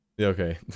Okay